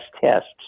tests